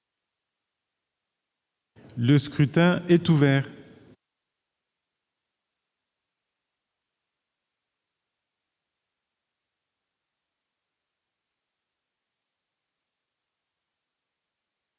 Le scrutin est ouvert.